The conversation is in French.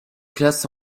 classe